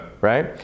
Right